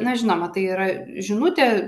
na žinoma tai yra žinutė